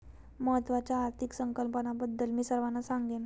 महत्त्वाच्या आर्थिक संकल्पनांबद्दल मी सर्वांना सांगेन